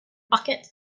bucket